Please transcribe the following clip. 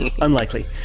Unlikely